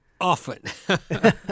often